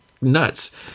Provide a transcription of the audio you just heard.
nuts